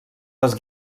les